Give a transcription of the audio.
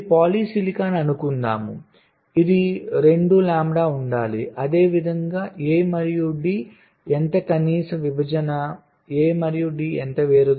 ఇది పాలిసిలికాన్ అని అనుకుందాం ఇది 2 లాంబ్డా ఉండాలి అదేవిధంగా A మరియు D ఎంత కనీస విభజన A మరియు D ఎంత వేరు